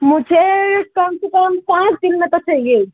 مجھے کم سے کم پانچ دن مطلب چاہیے ہی